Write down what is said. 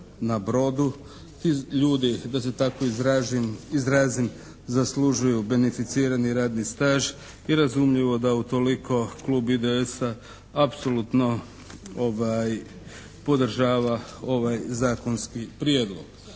na brodu i ljudi da se tako izrazim zaslužuju benificirani radni staž i razumljivo da utoliko klub IDS-a apsolutno podržava ovaj zakonski prijedlog.